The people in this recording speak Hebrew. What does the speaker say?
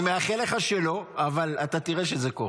אני מאחל לך שלא, אבל אתה תראה שזה קורה.